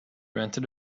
rented